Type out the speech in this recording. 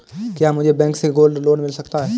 क्या मुझे बैंक से गोल्ड लोंन मिल सकता है?